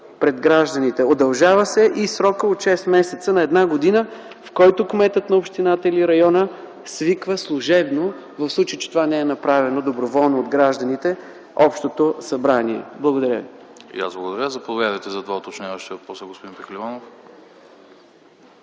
пред гражданите. Удължава се и срокът от шест месеца на една година, в който кметът на общината или района свиква служебно, в случай че това не е направено доброволно от гражданите, общото събрание. Благодаря ви. ПРЕДСЕДАТЕЛ АНАСТАС АНАСТАСОВ: И аз благодаря. Заповядайте за два уточняващи въпроса, господин Пехливанов.